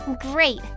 Great